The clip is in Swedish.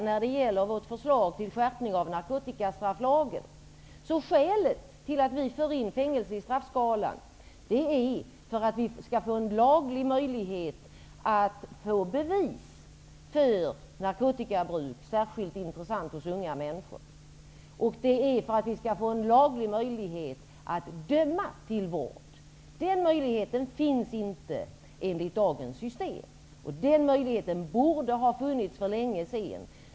När det gäller vårt förslag till skärpning av narkotikastrafflagen, är det viktigt för mig att påpeka att skälet till att vi för in fängelse i straffskalan är att vi skall få en laglig möjlighet att få bevis för narkotikabruk. Det är särskilt intressant hos unga människor. Det är också för att vi skall få en laglig möjlighet att döma till vård. Den möjligheten finns inte med dagens system. Den borde ha funnits för länge sedan.